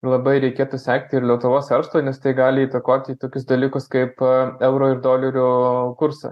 labai reikėtų sekti ir lietuvos verslui nes tai gali įtakoti tokius dalykus kaip euro ir dolerio kursą